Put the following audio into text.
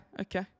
okay